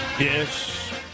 Yes